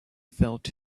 felt